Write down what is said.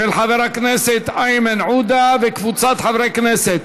של חבר הכנסת איימן עודה וקבוצת חברי כנסת.